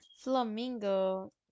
Flamingo